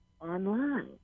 online